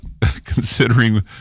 considering